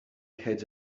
had